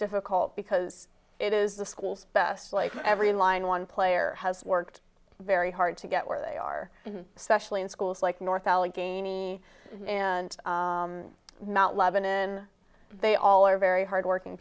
difficult because it is the school's best like every line one player has worked very hard to get where they are especially in schools like north allegheny and mount lebanon they all are very hardworking